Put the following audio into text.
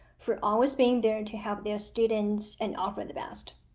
for always being there to help their students and offer the best.